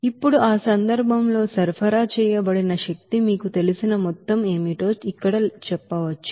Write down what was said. ఇప్పుడు ఆ సందర్భంలో సరఫరా చేయబడిన శక్తి మీకు తెలిసిన మొత్తం ఏమిటో ఇక్కడ చెప్పవచ్చు